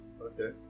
okay